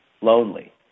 lonely